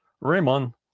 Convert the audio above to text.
raymond